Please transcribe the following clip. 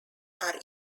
are